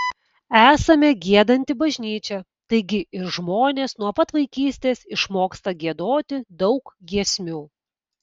esame giedanti bažnyčia taigi ir žmonės nuo pat vaikystės išmoksta giedoti daug giesmių